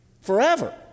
forever